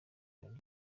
ijoro